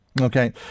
Okay